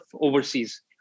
overseas